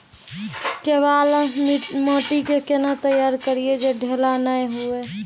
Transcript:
केवाल माटी के कैना तैयारी करिए जे ढेला नैय हुए?